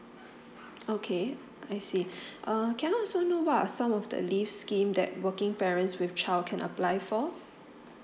okay I see err can I also know about some of the leave scheme that working parents with child can apply for